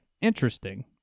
Interesting